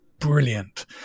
Brilliant